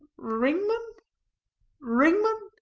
ringman ringman?